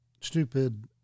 stupid